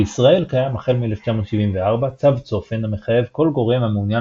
בישראל קיים החל מ-1974 "צו צופן" המחייב כל גורם המעוניין